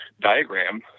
diagram